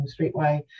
streetway